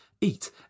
eat